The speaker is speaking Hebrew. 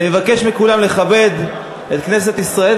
אני מבקש מכולם לכבד את כנסת ישראל,